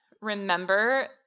remember